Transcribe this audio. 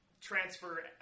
transfer